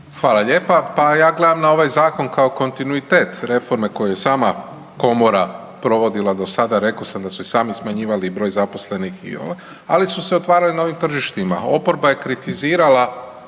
Hvala lijepa. Pa ja gledam na ovaj zakon kao kontinuitet reforme koje je sama Komora provodila do sada. Rekao sam da su i sami smanjivali broj zaposlenih, ali su se otvarali novim tržištima. Oporba je kritizirala